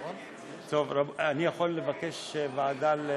יכול לבקש ועדה?